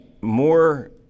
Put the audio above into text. more